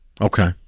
Okay